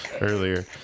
Earlier